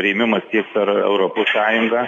rėmimas tiek europos sąjungą